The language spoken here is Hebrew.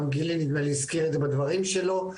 גם גילי נדמה לי הזכיר את זה בדברים שלו,